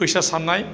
फैसा साननाय